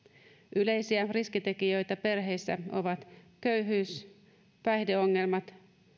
yleisiä riskitekijöitä perheissä ovat köyhyys päihdeongelmat